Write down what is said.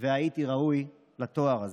שהייתי ראוי לתואר הזה.